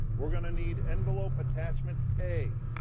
we're gonna need envelope attachment a